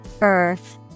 Earth